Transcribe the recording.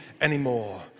anymore